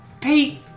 Pete